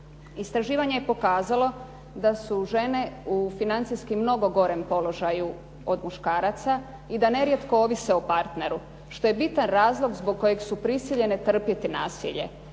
Istraživanje je pokazalo da su žene u financijski mnogo gorem položaju od muškaraca i da nerijetko ovise o partneru što je bitan razlog zbog kojeg su prisiljene trpjeti nasilje.